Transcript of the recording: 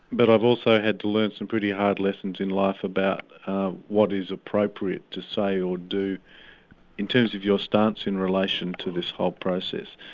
but i've also had to learn some pretty hard lessons in life about what is appropriate to say or do in terms of your stance in relation to this whole process.